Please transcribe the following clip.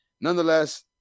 nonetheless